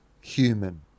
Human